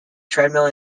treadmill